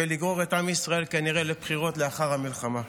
ולגרור את עם ישראל כנראה לבחירות לאחר המלחמה.